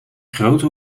grote